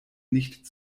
nicht